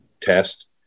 test